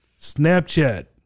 Snapchat